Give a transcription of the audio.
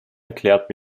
erklärt